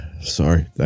Sorry